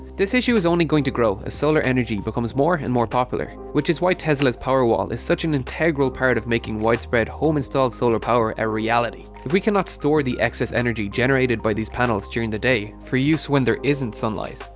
this issue is only going to grow as solar energy becomes more and more popular, which is why tesla's powerwall is such an integral part of making widespread home installed solar power a reality. if we cannot store the excess energy generated by these panels during the day, for use when there isn't sunlight,